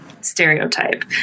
stereotype